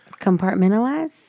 Compartmentalize